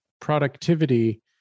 productivity